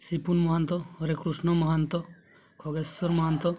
Sipun Mahanta Harekrishna Mahanta Khageswar Mahanta